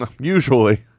Usually